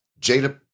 Jada